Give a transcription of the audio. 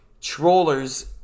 Trollers